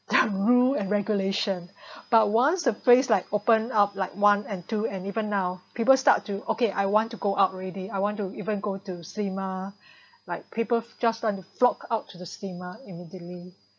the rule and regulation but once the phrase like open up like one and two and even now people start to okay I want to go out already I want to even go to cinema like people just want to flock out to the steamer immediately